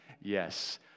Yes